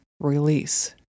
release